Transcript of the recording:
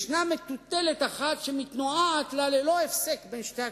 יש מטוטלת אחת שמתנועעת לה ללא הפסק בין שני הקצוות,